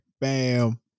bam